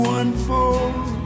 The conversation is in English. unfold